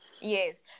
Yes